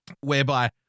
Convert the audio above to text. whereby